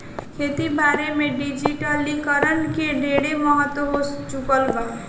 खेती बारी में डिजिटलीकरण के ढेरे महत्व हो चुकल बा